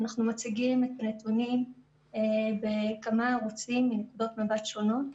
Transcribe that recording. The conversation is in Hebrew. אנחנו מציגים את הנתונים בכמה ערוצים מנקודות מבט שונות